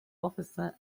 officer